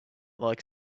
like